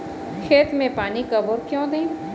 खेत में पानी कब और क्यों दें?